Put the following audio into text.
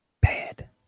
Bad